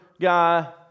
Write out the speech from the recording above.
guy